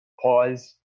pause